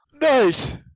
Nice